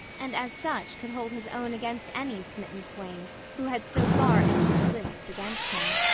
and as such could hold his own against any smitten swain who had so far entered the lists against him.